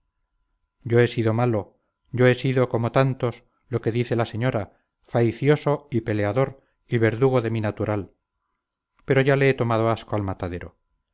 yo he sido malo yo he sido como tantos lo que dice la señora faicioso y peleador y verdugo de mi natural pero ya le he tomado asco al matadero